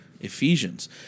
Ephesians